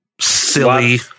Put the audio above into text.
silly